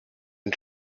and